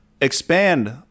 expand